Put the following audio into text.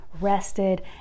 rested